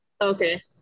okay